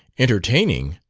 entertaining?